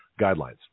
guidelines